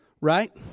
Right